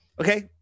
Okay